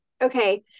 Okay